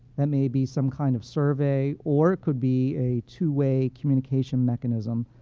that may be some kind of survey, or it could be a two-way communication mechanism.